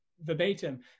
verbatim